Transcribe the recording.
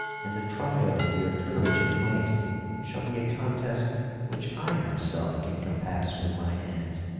and the trial of your courage and might shall be a contest which i myself can compass with my hands,